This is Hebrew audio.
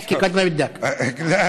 (אומר